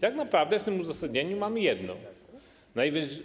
Tak naprawdę w tym uzasadnieniu mamy jedno: